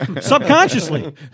subconsciously